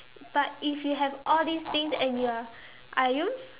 but if you have all these things and you are are you